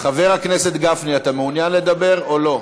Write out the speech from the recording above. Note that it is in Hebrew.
חבר הכנסת גפני, אתה מעוניין לדבר או לא?